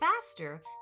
faster